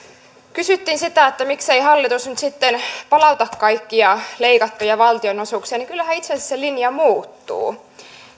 kysyttiin sitä miksei hallitus nyt palauta kaikkia leikattuja valtionosuuksia niin kyllähän itse asiassa se linja muuttuu